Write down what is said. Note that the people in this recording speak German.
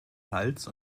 hals